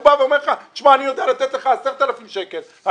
הוא אומר לך שהוא יודע לתת לך 10,000 שקלים,